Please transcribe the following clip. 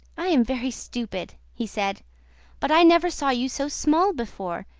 i am very stupid, he said but i never saw you so small before,